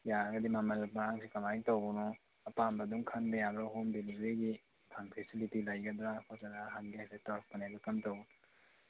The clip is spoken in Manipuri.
ꯌꯥꯔꯒꯗꯤ ꯃꯃꯜ ꯃꯔꯥꯡꯁꯦ ꯀꯃꯥꯏꯅ ꯇꯧꯕꯅꯣ ꯑꯄꯥꯝꯕ ꯑꯗꯨꯝ ꯈꯟꯕ ꯌꯥꯕ꯭ꯔꯥ ꯍꯣꯝ ꯗꯦꯂꯤꯚꯔꯤꯒꯤ ꯐꯦꯁꯤꯂꯤꯇꯤ ꯂꯩꯒꯗ꯭ꯔꯥ ꯐꯖꯅ ꯍꯪꯒꯦ ꯍꯥꯏꯐꯦꯠ ꯇꯧꯔꯛꯄꯅꯦ ꯑꯗꯣ ꯀꯔꯝ ꯇꯧꯕ